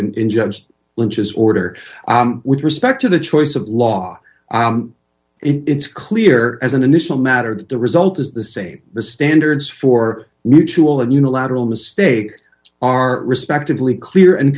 go in judge lynch as order with respect to the choice of law it's clear as an additional matter that the result is the same the standards for mutual and unilateral mistake are respectively clear and